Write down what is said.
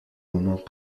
moments